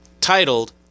titled